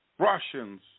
Russians